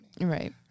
Right